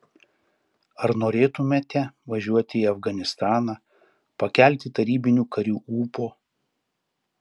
ar norėtumėte važiuoti į afganistaną pakelti tarybinių karių ūpo